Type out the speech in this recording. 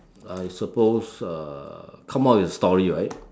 I suppose uh come up with a story right